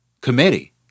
committee